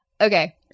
Okay